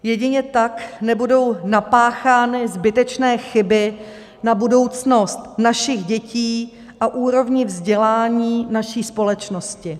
Jedině tak nebudou napáchány zbytečné chyby na budoucnost našich dětí a úrovni vzdělání naší společnosti.